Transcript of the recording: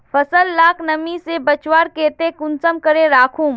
फसल लाक नमी से बचवार केते कुंसम करे राखुम?